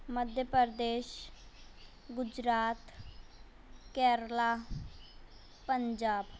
Madhya Pradesh Gujarat Kerala Punjab